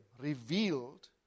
Revealed